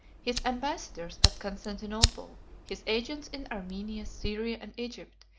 his ambassadors at constantinople, his agents in armenia, syria, and egypt,